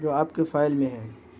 جو آپ کے فائل میں ہیں